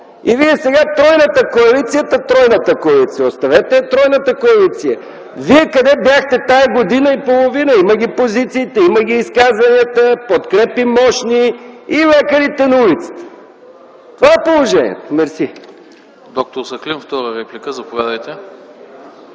и Вие сега – тройната коалиция, та тройната коалиция. Оставете я тройната коалиция. Вие къде бяхте тази година и половина? Има ги позициите, има ги изказванията, мощни подкрепи – и лекарите на улицата! Това е положението. Мерси.